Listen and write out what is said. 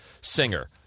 singer